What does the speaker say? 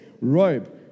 robe